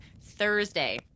Thursday